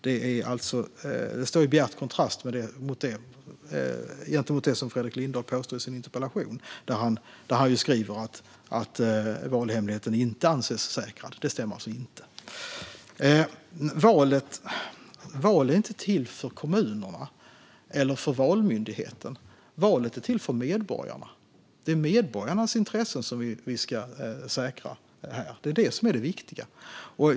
Det står i bjärt kontrast mot det som Fredrik Lindahl påstår i sin interpellation, där han ju skriver att valhemligheten inte anses säker. Det stämmer alltså inte. Val är inte till för kommunerna eller för Valmyndigheten. Valet är till för medborgarna. Det viktiga är att vi säkrar medborgarnas intressen.